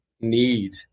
need